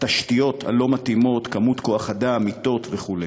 התשתיות הלא-מתאימות, כמות כוח-אדם, מיטות וכו'.